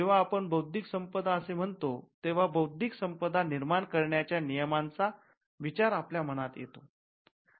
जेव्हा आपण बौद्धिक संपदा असे म्हणतो तेव्हा बौद्धिक संपदा निर्माण करण्याच्या नियमांचा विचार आपल्या मनात येतो